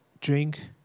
drink